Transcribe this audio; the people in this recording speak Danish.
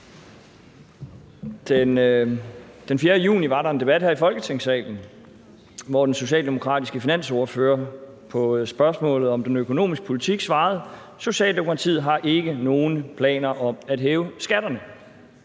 Den 4. juni var der en debat her i Folketingssalen, hvor den socialdemokratiske finansordfører på spørgsmålet om den økonomiske politik svarede: Socialdemokratiet har ikke nogen planer om at hæve skatterne.